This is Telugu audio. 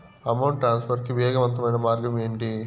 అమౌంట్ ట్రాన్స్ఫర్ కి వేగవంతమైన మార్గం ఏంటి